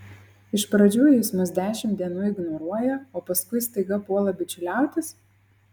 iš pradžių jis mus dešimt dienų ignoruoja o paskui staiga puola bičiuliautis